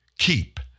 Keep